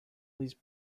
these